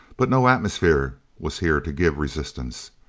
but no atmosphere was here to give resistance.